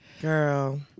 girl